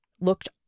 looked